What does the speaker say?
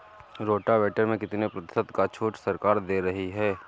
Rotavator में कितनी प्रतिशत का छूट सरकार दे रही है?